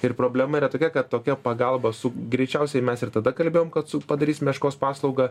ir problema yra tokia kad tokia pagalba su greičiausiai mes ir tada kalbėjom kad su padarys meškos paslaugą